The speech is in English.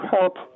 help